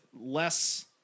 less